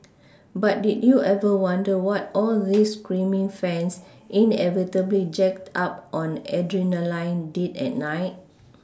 but did you ever wonder what all these screaming fans inevitably jacked up on adrenaline did at night